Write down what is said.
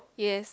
yes